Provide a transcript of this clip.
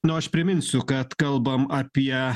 na o aš priminsiu kad kalbam apie